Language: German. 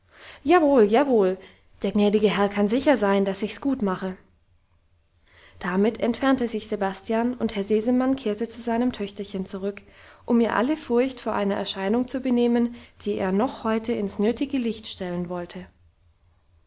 jawohl jawohl der gnädige herr kann sicher sein dass ich's gut mache damit entfernte sich sebastian und herr sesemann kehrte zu seinem töchterchen zurück um ihr alle furcht vor einer erscheinung zu benehmen die er noch heute ins nötige licht stellen wollte